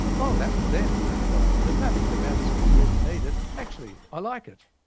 oh, that was then he replied. there's nothing to maths if you really need it. actually, i like it.